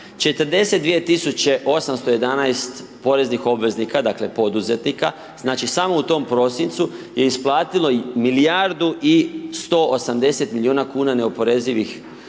42811 poreznih obveznika, dakle, poduzetnika, znači, samo u tom prosincu je isplatilo milijardu i 180 milijuna kuna neoporezivih